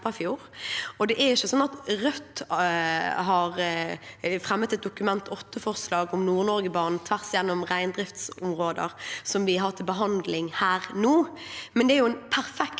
Rødt har fremmet et Dokument 8-forslag om Nord-Norge-banen tvers gjennom reindriftsområder, som vi har til behandling her